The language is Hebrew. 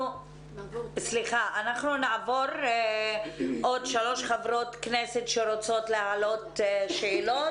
אנחנו נעבור עוד שלוש חברות כנסת שרוצות להעלות שאלות.